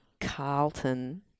Carlton